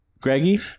Greggy